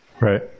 right